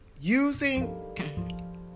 using